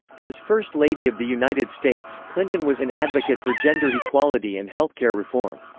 as first lady of the united states, clinton was an advocate for gender equality and healthcare reform.